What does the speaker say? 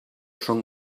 són